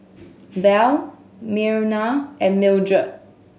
Belle Myrna and Mildred